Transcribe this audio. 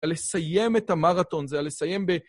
ה-לסיים את המרתון, זה הלסיים ב...